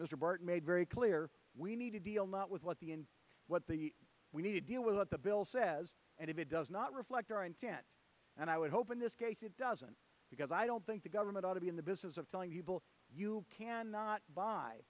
burton made very clear we need to deal not with what the and what the we need to deal with what the bill says and if it does not reflect our intent and i would hope in this case it doesn't because i don't think the government ought to be in the business of telling people you cannot buy